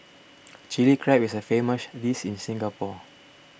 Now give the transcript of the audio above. Chilli Crab is a famous dish in Singapore